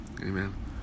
Amen